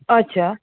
अच्छा